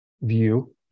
view